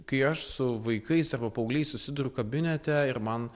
kai aš su vaikais arba paaugliais susiduriu kabinete ir man